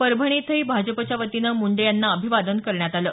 परभणी इथंही भाजपच्या वतीनं मुंडे यांना अभिवादन करण्यात आलं